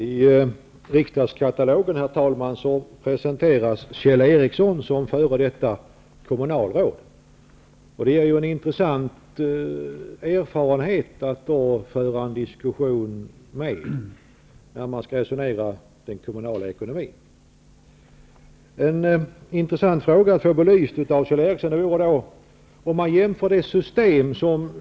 Herr talman! I riksdagskatalogen presenteras Kjell Ericsson som före detta kommunalråd. Det blir då en intressant erfarenhet att få föra en diskussion om kommunalekonomi med Kjell Ericsson. Jag har en första fråga som jag tycker att det vore intressant att få belyst av Kjell Ericsson.